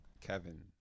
Kevin